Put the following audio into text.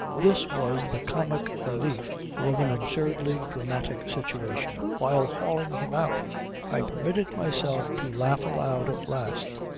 this was the comic relief of an absurdly dramatic situation. while hauling him out i permitted myself to laugh aloud at last.